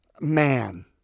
man